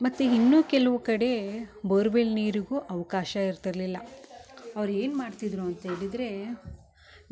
ಮತ್ತು ಇನ್ನು ಕೆಲವು ಕಡೆ ಬೋರ್ವೆಲ್ ನೀರಿಗೂ ಅವಕಾಶ ಇರ್ತಿರಲಿಲ್ಲ ಅವ್ರು ಏನು ಮಾಡ್ತಿದ್ದರು ಅಂತ ಹೇಳಿದರೆ